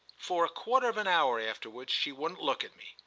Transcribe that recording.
for a quarter of an hour afterwards she wouldn't look at me,